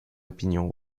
opinion